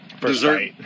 dessert